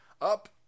up